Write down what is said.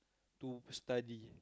to study